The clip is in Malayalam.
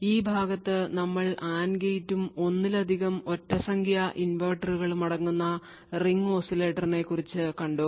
ഈ ഭാഗത്ത് നമ്മൾ AND ഗേറ്റും ഒന്നിലധികം ഒറ്റ സംഖ്യ ഇൻവെർട്ടറുകളും അടങ്ങുന്ന റിംഗ് ഓസിലേറ്റർ നെക്കുറിച്ചു കണ്ടു